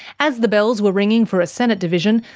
as the bells were ringing for a senate division,